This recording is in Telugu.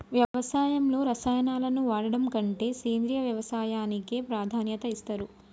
వ్యవసాయంలో రసాయనాలను వాడడం కంటే సేంద్రియ వ్యవసాయానికే ప్రాధాన్యత ఇస్తరు